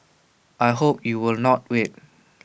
I hope you will not wait